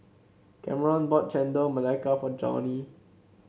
Kameron bought Chendol Melaka for Johnie